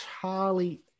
Charlie